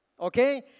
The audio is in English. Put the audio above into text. okay